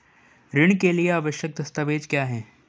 ऋण के लिए आवश्यक दस्तावेज क्या हैं?